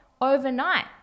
overnight